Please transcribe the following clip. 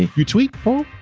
you tweet paul?